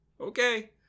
okay